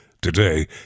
Today